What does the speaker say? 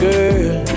Girl